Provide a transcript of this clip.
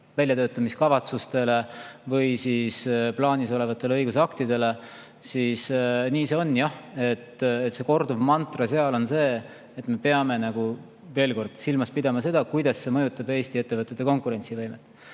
väljatöötamiskavatsustele ehk siis plaanis olevatele õigusaktidele, [ma tean], et korduv mantra seal on see, et me peame silmas pidama seda, kuidas see mõjutaks Eesti ettevõtete konkurentsivõimet.